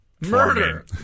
Murder